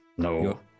No